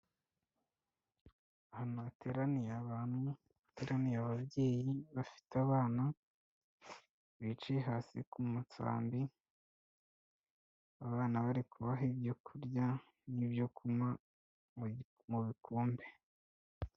Ahantu hateraniye abantu hateraniye ababyeyi bafite abana, biciye hasi ku musambi, abana bari kubaha ibyo kurya n'ibyo kunywa mu bikombe.